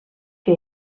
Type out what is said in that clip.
que